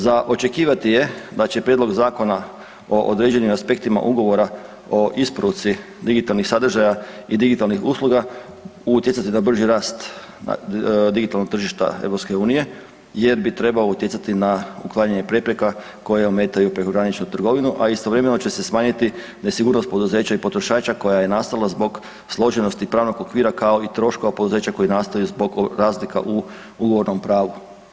Za očekivati je da će prijedlog zakona o određenim aspektima ugovora o isporuci digitalnih sadržaja i digitalnih usluga utjecati na brži rast digitalnog tržišta EU jer bi trebao utjecati na uklanjanje prepreka koje ometaju prekograničnu trgovinu, a istovremeno će se smanjiti nesigurnost poduzeća i potrošača koja je nastala zbog složenosti pravnog okvira kao i troškova poduzeća koji nastaju zbog razlika u ugovornom pravu.